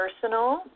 personal